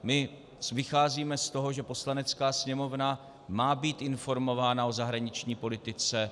My vycházíme z toho, že Poslanecká sněmovna má být informována o zahraniční politice.